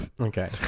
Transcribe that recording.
Okay